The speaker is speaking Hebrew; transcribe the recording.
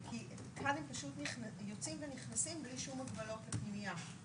כאן הם פשוט יוצאים ונכנסים בלי שום הגבלות לפנימייה